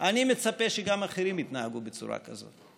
אני מצפה שגם אחרים יתנהגו בצורה כזאת.